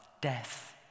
death